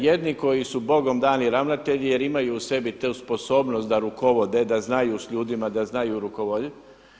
Jedni koji su Bogom dani ravnatelji jer imaju u sebi tu sposobnost, da rukovode, da znaju s ljudima, da znaju rukovoditi.